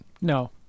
No